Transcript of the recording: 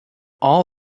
all